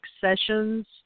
sessions